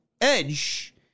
Edge